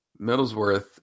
Middlesworth